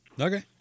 okay